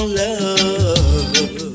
love